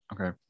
Okay